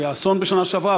היה אסון בשנה שעברה,